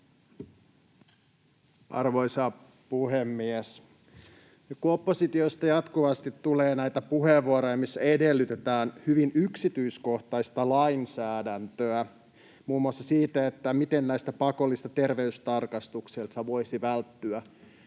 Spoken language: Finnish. Arvoisa puhemies! Nyt oppositiosta jatkuvasti tulee näitä puheenvuoroja, joissa edellytetään hyvin yksityiskohtaista lainsäädäntöä muun muassa siitä, miten näiltä pakollisilta terveystarkastuksilta voisi välttyä.